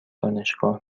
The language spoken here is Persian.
دانشگاه